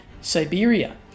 Siberia